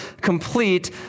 complete